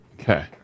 Okay